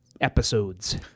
episodes